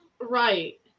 Right